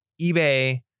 eBay